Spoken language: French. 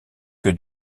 que